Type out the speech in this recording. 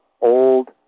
old